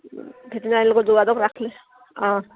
ভেটেনেৰীৰ লগত যোগাযোগ ৰাখিলে অঁ